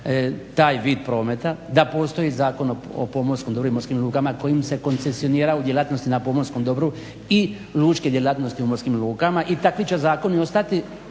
taj vid prometa, da postoji Zakon o pomorskom dobru i morskim lukama kojim se koncesionira u djelatnosti na pomorskom dobru i lučke djelatnosti u morskim lukama. I takvi će zakoni ostati